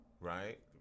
Right